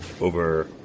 over